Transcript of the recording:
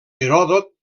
heròdot